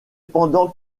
pendant